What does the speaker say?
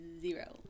Zero